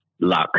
luck